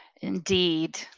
Indeed